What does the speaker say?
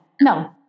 no